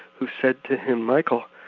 who said to him, michael,